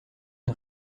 une